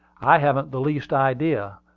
i haven't the least idea.